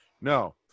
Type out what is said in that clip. No